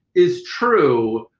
is true,